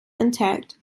intact